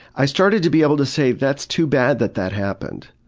i started to be able to say, that's too bad that that happened,